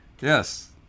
Yes